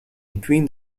between